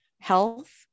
health